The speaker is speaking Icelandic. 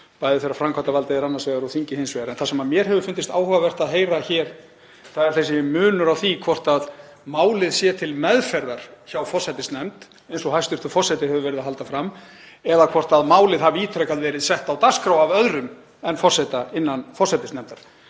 góð, þegar framkvæmdarvaldið er annars vegar og þingið hins vegar. En það sem mér hefur fundist áhugavert að heyra hér er þessi munur á því hvort málið sé til meðferðar hjá forsætisnefnd, eins og hæstv. forseti hefur verið að halda fram, eða hvort málið hafi ítrekað verið sett á dagskrá af öðrum en forseta innan forsætisnefndar.